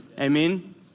Amen